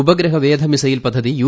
ഉപഗ്രഹ വേധ മിസൈൽ പദ്ധതി യു